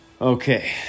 Okay